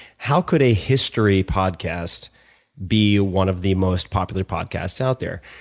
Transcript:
how could a history podcast be one of the most popular podcasts out there?